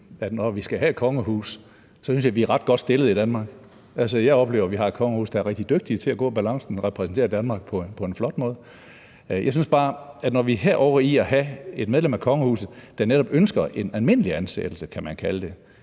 vi, når vi skal have et kongehus, er ret godt stillet i Danmark. Jeg oplever, at vi har et kongehus, der er rigtig dygtige til holde en balance, og som repræsenterer Danmark på en flot måde. Jeg synes bare, at når vi her er ovre i at have et medlem af kongehuset, der netop ønsker en almindelig ansættelse, kan man kalde det